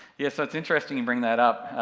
yeah, so it's interesting you bring that up.